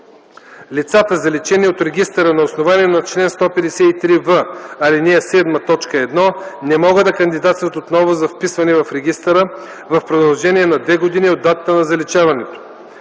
Лицата, заличени от регистъра на основание чл. 153в, ал. 7, т. 1, не могат да кандидатстват отново за вписване в регистъра в продължение на две години от датата на заличаването.